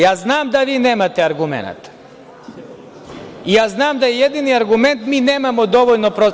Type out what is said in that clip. Ja znam da vi nemate argumenata i znam da je jedini argument – mi nemamo dovoljno prostora.